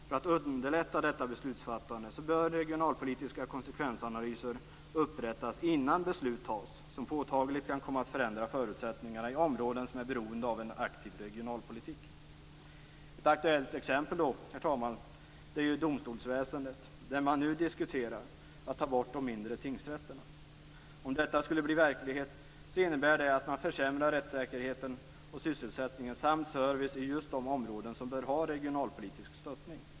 För att underlätta detta beslutsfattande bör regionalpolitiska konsekvensanalyser upprättas innan beslut fattas som påtagligt kan komma att förändra förutsättningarna i områden som är beroende av en aktiv regionalpolitik. Herr talman! Ett aktuellt exempel är domstolsväsendet där man nu diskuterar att ta bort de mindre tingsrätterna. Om detta skulle bli verklighet innebär det att man försämrar rättssäkerheten och sysselsättningen samt servicen i just de områden som bör ha regionalpolitisk stöttning.